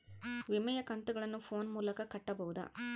ವಿಮೆಯ ಕಂತುಗಳನ್ನ ಫೋನ್ ಮೂಲಕ ಕಟ್ಟಬಹುದಾ?